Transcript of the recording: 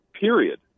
period